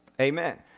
Amen